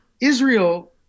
Israel